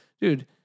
dude